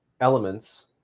elements